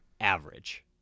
average